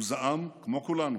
הוא זעם, כמו כולנו,